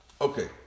Okay